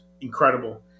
incredible